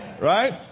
Right